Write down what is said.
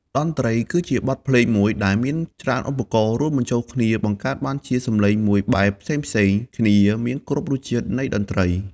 តន្រ្តីគឺជាបទភ្លេងមួយដែលមានច្រើនឧបករណ៏រួមបញ្ចូលគ្នាបង្កើតបានជាសំឡេមួយបែបផ្សេងៗគ្នាមានគ្រប់រស់ជាតិនៃតន្រ្តី។